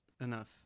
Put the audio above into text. enough